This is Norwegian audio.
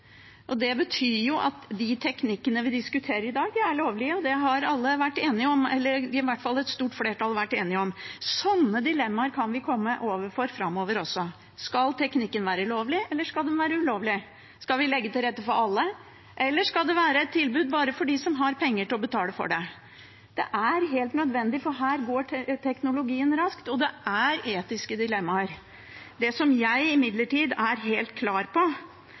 Det betyr at de teknikkene vi diskuterer i dag, er lovlige, og det har alle vært enige om, eller i hvert fall et stor flertall har vært enige om dem. Sånne dilemmaer kan vi komme til å stå overfor framover også. Skal teknikken være lovlig, eller skal den være ulovlig? Skal vi legge til rette for alle, eller skal det være et tilbud bare for dem som har penger til å betale for det? Det er helt nødvendig, for her går teknologien raskt, og det er etiske dilemmaer. Det som jeg imidlertid er helt klar på,